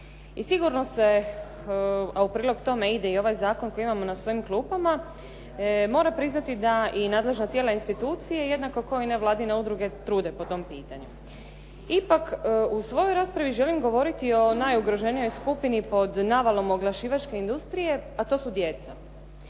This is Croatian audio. I sigurno se, a u prilog tome ide i ovaj zakon koji imamo na svojim klupama mora priznati da i nadležna tijela institucije jednako kao i nevladine udruge trude po tom pitanju. Ipak, u svojoj raspravi želim govoriti o najugroženijoj skupini pod navalom oglašivačke industrije, a to su djeca.